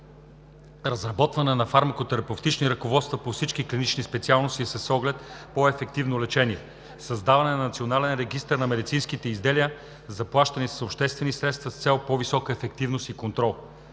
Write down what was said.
разработване на фармакотерапевтични ръководства по всички клинични специалности с оглед по-ефективно лечение; - създаване на Национален регистър на медицинските изделия, заплащани с обществени средства, с цел по-висока ефективност и контрол;